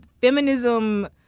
feminism